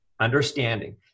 understanding